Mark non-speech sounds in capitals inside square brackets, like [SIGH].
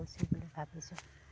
[UNINTELLIGIBLE] ভাবিছোঁ